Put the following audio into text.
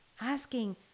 asking